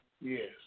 yes